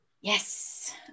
Yes